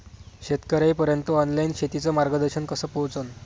शेतकर्याइपर्यंत ऑनलाईन शेतीचं मार्गदर्शन कस पोहोचन?